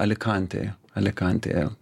alikantėj alikantėje